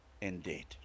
indeed